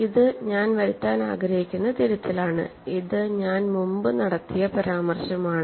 ഇത് ഞാൻ വരുത്താൻ ആഗ്രഹിക്കുന്ന തിരുത്തലാണ് ഇത് ഞാൻ മുൻപ് നടത്തിയ പരാമർശമാണ്